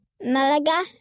Malaga